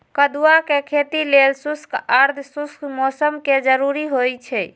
कदुआ के खेती लेल शुष्क आद्रशुष्क मौसम कें जरूरी होइ छै